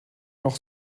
noch